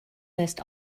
list